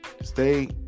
stay